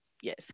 yes